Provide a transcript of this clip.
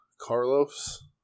Carlos